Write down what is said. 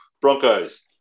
Broncos